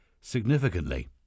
significantly